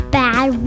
bad